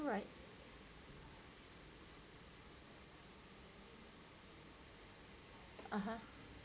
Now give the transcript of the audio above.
alright (uh huh)